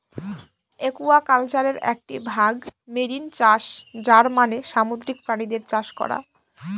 একুয়াকালচারের একটি ভাগ মেরিন চাষ যার মানে সামুদ্রিক প্রাণীদের চাষ করা